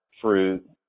fruit